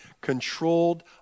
controlled